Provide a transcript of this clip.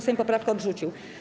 Sejm poprawkę odrzucił.